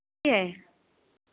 ठीक है